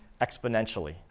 exponentially